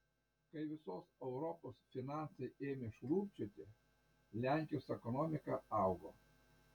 kai visos europos finansai ėmė šlubčioti lenkijos ekonomika augo